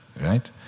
right